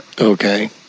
Okay